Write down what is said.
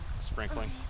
sprinkling